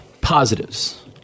positives